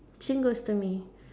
same goes to me